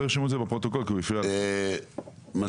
-- שהעדר שלו רשום, והכל, והוא עמד בתנאים.